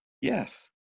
Yes